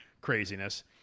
craziness